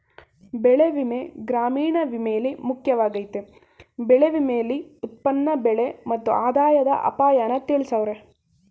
ಬೆಳೆವಿಮೆ ಗ್ರಾಮೀಣ ವಿಮೆಲಿ ಮುಖ್ಯವಾಗಯ್ತೆ ಬೆಳೆ ವಿಮೆಲಿ ಉತ್ಪನ್ನ ಬೆಲೆ ಮತ್ತು ಆದಾಯದ ಅಪಾಯನ ತಿಳ್ಸವ್ರೆ